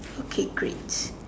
okay great